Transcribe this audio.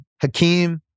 Hakeem